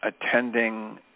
attending